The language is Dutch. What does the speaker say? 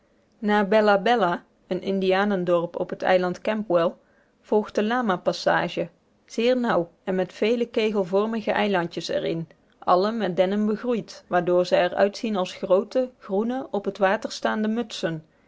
na bella bella een indianendorp op het eiland campwell volgt de lama passage zeer nauw en met vele kegelvormige eilandjes er in alle met dennen begroeid waardoor ze er uitzien als groote groene op het water staande mutsen